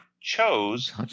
chose